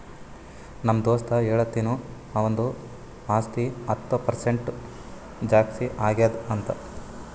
ನಮ್ದು ದೋಸ್ತ ಹೇಳತಿನು ಅವಂದು ಆಸ್ತಿ ಹತ್ತ್ ಪರ್ಸೆಂಟ್ ಜಾಸ್ತಿ ಆಗ್ಯಾದ್ ಅಂತ್